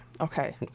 Okay